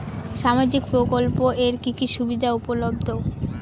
সামাজিক প্রকল্প এর কি কি সুবিধা উপলব্ধ?